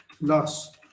loss